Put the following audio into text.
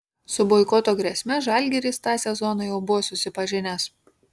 su boikoto grėsme žalgiris tą sezoną jau buvo susipažinęs